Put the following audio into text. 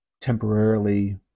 temporarily